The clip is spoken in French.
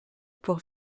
pour